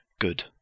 Good